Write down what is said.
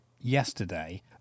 yesterday